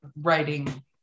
writing